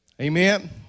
Amen